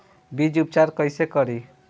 बीज उपचार कईसे करी?